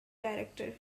director